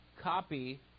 copy